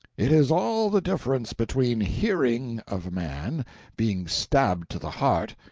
it is all the difference between hearing of a man being stabbed to the heart,